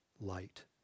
light